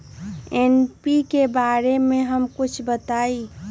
NPK बारे म कुछ बताई?